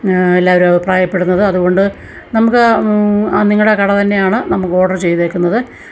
എല്ലാവരും അഭിപ്രായപ്പെടുന്നത് അതുകൊണ്ട് നമുക്ക് നിങ്ങളുടെ കട തന്നെയാണ് നമുക്കോഡർ ചെയ്തേക്കുന്നത്